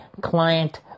client